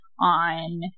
on